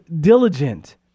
diligent